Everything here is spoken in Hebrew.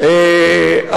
אבל,